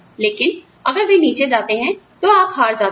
लेकिन अगर वे नीचे जाते हैं तो आप हार जाते हैं